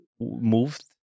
moved